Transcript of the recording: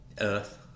earth